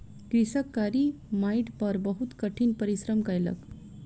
कृषक कारी माइट पर बहुत कठिन परिश्रम कयलक